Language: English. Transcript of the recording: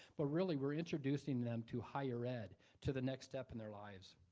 but really, we're introducing them to higher ed, to the next step in their lives.